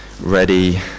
ready